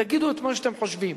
תגידו את מה שאתם חושבים,